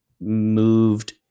moved